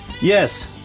Yes